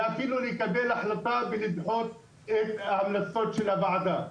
ואפילו לקבל החלטה בניגוד להמלצות של הוועדה.